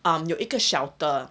um 有一个 shelter